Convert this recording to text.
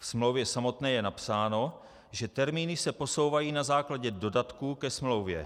Ve smlouvě samotné je napsáno, že termíny se posouvají na základě dodatků ke smlouvě.